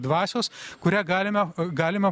dvasios kurią galime galima